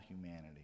humanity